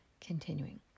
Continuing